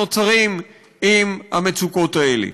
שנוצרים עם המצוקות האלה.